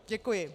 Děkuji.